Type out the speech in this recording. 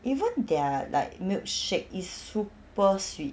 even their like milkshake is super sweet